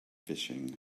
fishing